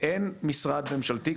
אין משרד ממשלתי,